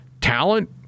talent